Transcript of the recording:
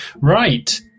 right